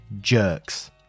jerks